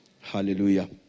Hallelujah